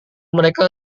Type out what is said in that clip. mereka